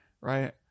right